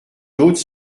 d’autres